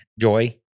joy